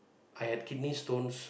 I had kidney stones